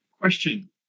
question